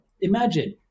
imagine